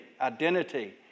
identity